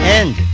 end